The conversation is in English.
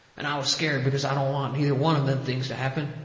and i was scared, because i don't want neither one of them things to happen.